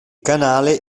canale